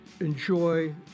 enjoy